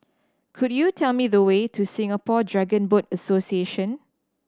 could you tell me the way to Singapore Dragon Boat Association